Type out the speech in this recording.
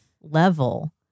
level